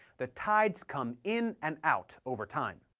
the tides come in and out over time.